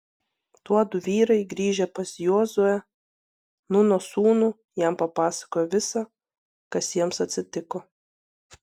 tuodu vyrai grįžę pas jozuę nūno sūnų jam papasakojo visa kas jiems atsitiko